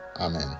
amen